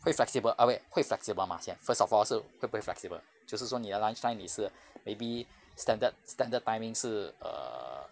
会 flexible ah wait 会 flexible mah 先 first of all 是会不会 flexible 就是说你的 lunchtime 你是 maybe standard standard timing 是 err